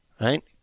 right